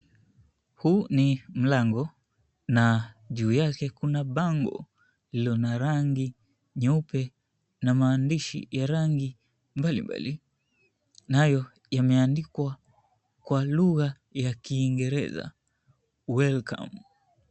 Huu ni mlango na juu yake kuna bango lililo na rangi nyeupe na maandishi ya rangi mbalimbali, nayo yameandikwa kwa lugha ya Kiingereza, "Welcome".